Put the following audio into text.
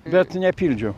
bet nepildžiau